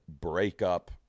breakup